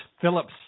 Phillips